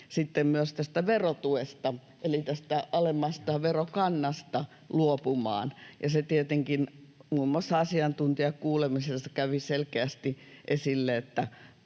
myös tästä verotuesta eli tästä alemmasta verokannasta luopumaan. Ja se tietenkin muun muassa asiantuntijakuulemisissa kävi selkeästi esille,